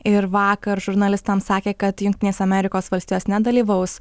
ir vakar žurnalistams sakė kad jungtinės amerikos valstijos nedalyvaus